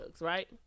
right